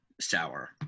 Sour